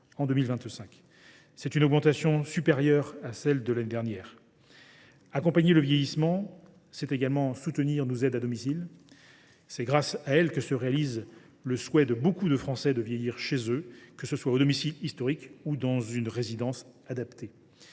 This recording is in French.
soit une augmentation supérieure à celle de l’année dernière. Accompagner le vieillissement, c’est également soutenir nos aides à domicile, grâce auxquelles se réalise le souhait de nombreux Français de vieillir chez eux, que ce soit à leur domicile historique ou dans une résidence adaptée.